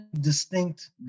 distinct